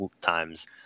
times